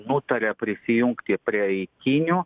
nutarė prisijungti prie eitynių